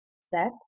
sex